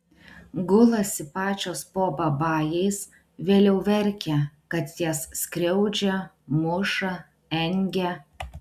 gulasi pačios po babajais vėliau verkia kad jas skriaudžia muša engia